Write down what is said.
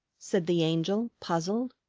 said the angel, puzzled.